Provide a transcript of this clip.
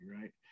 Right